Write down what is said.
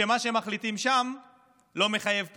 שמה שמחליטים שם לא מחייב פה.